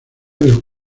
del